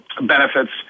benefits